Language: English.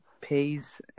pays